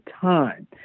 time